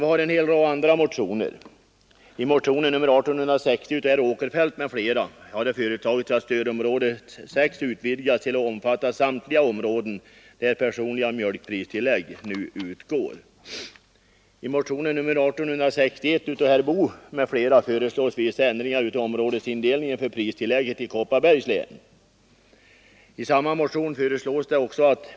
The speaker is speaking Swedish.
Jag skall inte gå in på motiveringarna — det kommer herr Johansson i Holmgården, som begärt ordet senare i debatten, att göra. Jag vill för min del bara yrka bifall till reservationen 1.